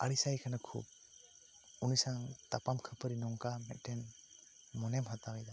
ᱟᱹᱲᱤᱥᱟᱭ ᱠᱷᱟᱱᱮᱢ ᱠᱷᱩᱵ ᱩᱱᱤ ᱥᱟᱶ ᱛᱟᱯᱟᱢ ᱠᱷᱟᱹᱯᱟᱹᱨᱤ ᱱᱚᱝᱠᱟ ᱢᱤᱫ ᱴᱮᱱ ᱢᱚᱱᱮ ᱵᱷᱟᱛᱟᱣ